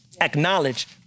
acknowledge